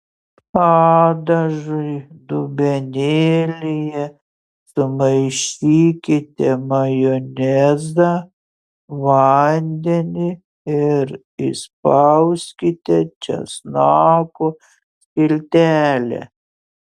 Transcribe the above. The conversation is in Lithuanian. padažui dubenėlyje sumaišykite majonezą vandenį ir įspauskite česnako skiltelę